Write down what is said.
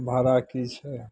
भाड़ा की छै